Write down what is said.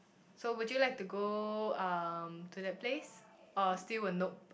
so would you like to go um to that place or still will nope